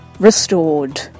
restored